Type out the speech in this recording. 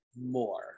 more